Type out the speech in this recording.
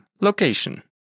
location